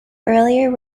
earlier